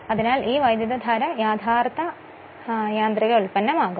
അതിനാലാണ് ഈ വൈദ്യുതധാര യഥാർഥ യാന്ത്രിക ഉൽപന്നമാകുന്നത്